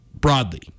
broadly